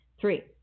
Three